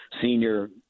senior